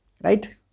right